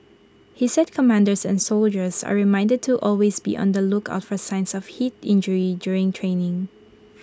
he said commanders and soldiers are reminded to always be on the lookout for signs of heat injury during training